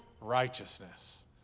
righteousness